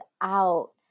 out